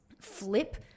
flip